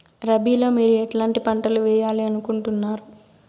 రబిలో మీరు ఎట్లాంటి పంటలు వేయాలి అనుకుంటున్నారు?